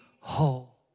whole